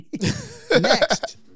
Next